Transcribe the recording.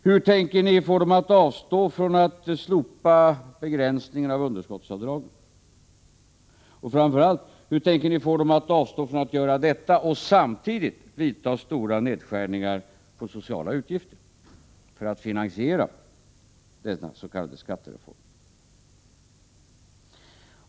Hur tänker ni få dem att avstå från att slopa begränsningarna av underskottsavdragen? Och, framför allt, hur tänker ni få dem att avstå från att göra detta och samtidigt hindra dem från att vidta stora nedskärningar på sociala utgifter för att finansiera denna s.k. skattereform?